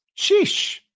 Sheesh